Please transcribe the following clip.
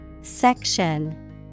Section